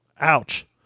ouch